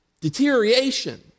deterioration